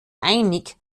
einig